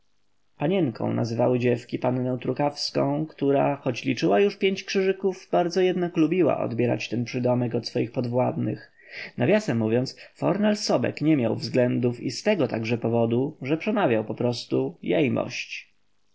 panienką nazywały dziewki pannę trukawską która choć liczyła już pięć krzyżyków bardzo jednak lubiła odbierać ten przydomek od swoich podwładnych nawiasem mówiąc fornal sobek nie miał względów i z tego także powodu że przemawiał poprostu jejmość